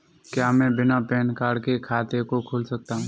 क्या मैं बिना पैन कार्ड के खाते को खोल सकता हूँ?